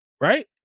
right